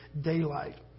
daylight